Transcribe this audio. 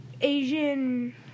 Asian